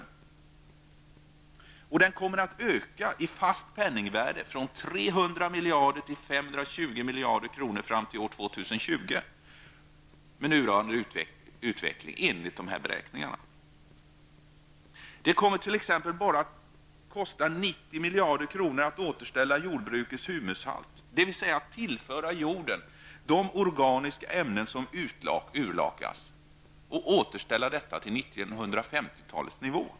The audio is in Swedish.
Med nuvarande utveckling kommer den, enligt de här beräkningarna, att öka från 300 miljarder till 520 miljarder kronor i fast penningvärde fram till år 2020. Det kommer t.ex. att kosta 90 miljarder kronor bara att återställa jordbrukets humushalt, dvs. tillföra jorden de organiska ämnen som urlakats, till 1950-talets nivå.